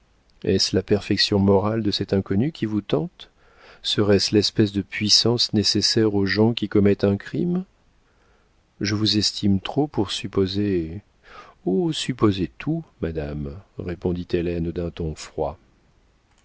est-ce la perfection morale de cet inconnu qui vous tente serait-ce l'espèce de puissance nécessaire aux gens qui commettent un crime je vous estime trop pour supposer oh supposez tout madame répondit hélène d'un ton froid